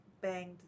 banged